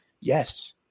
yes